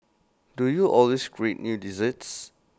do you always create new desserts